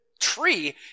tree